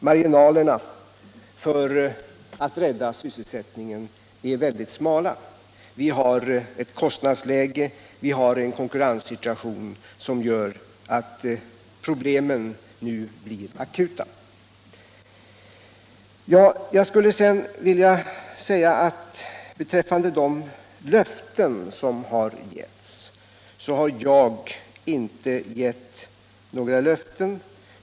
Marginalerna för att rädda sysselsättningen är smala, och vi har ett kostnadsläge och en konkurrenssituation som gör att problemen nu blir akuta. Jag skulle sedan beträffande de löften som har givits vilja säga att jag inte har gett några sådana.